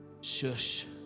Shush